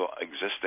existing